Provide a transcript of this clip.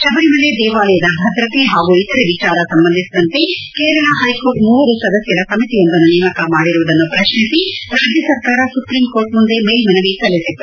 ಶಬರಿಮಲೆ ದೇವಾಲಯದ ಭದ್ರತೆ ಪಾಗೂ ಇತರ ವಿಚಾರ ಸಂಬಂಧಿಸಿದಂತೆ ಕೇರಳ ಪೈಕೋರ್ಟ್ ಮೂವರು ಸದಸ್ಕರ ಸಮಿತಿಯೊಂದನ್ನು ನೇಮಕ ಮಾಡಿರುವುದನ್ನು ಪ್ರಶ್ನಿಸಿ ರಾಜ್ಯ ಸರ್ಕಾರ ಸುಪ್ರೀಂಕೋರ್ಟ್ ಮುಂದೆ ಮೇಲ್ಮವಿ ಸಲ್ಲಿಸಿತ್ತು